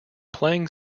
playing